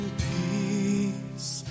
peace